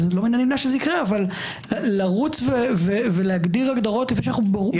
לא מן הנמנע שזה יקרה אבל לרוץ ולהגדיר הגדרות- -- לפני